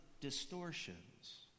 distortions